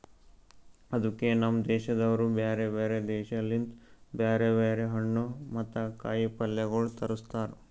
ಅದುಕೆ ನಮ್ ದೇಶದವರು ಬ್ಯಾರೆ ಬ್ಯಾರೆ ದೇಶ ಲಿಂತ್ ಬ್ಯಾರೆ ಬ್ಯಾರೆ ಹಣ್ಣು ಮತ್ತ ಕಾಯಿ ಪಲ್ಯಗೊಳ್ ತರುಸ್ತಾರ್